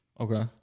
Okay